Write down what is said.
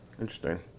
interesting